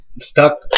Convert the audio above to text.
stuck